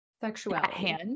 Sexuality